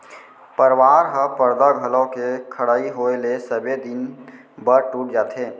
परवार ह परदा घलौ के खड़इ होय ले सबे दिन बर टूट जाथे